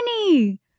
money